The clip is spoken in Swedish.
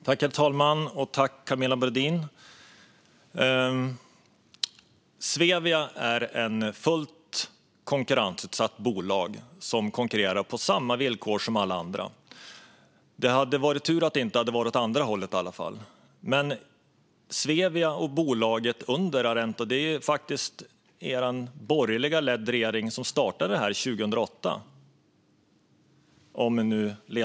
Herr talman! Tack, Camilla Brodin! Svevia är ett fullt konkurrensutsatt bolag som konkurrerar på samma villkor som alla andra. Det är tur att det inte är åt andra hållet. Som ledamoten kanske vet startades Svevia och bolaget under, Arento, av den borgerligt ledda regeringen 2008.